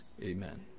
Amen